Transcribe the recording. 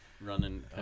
running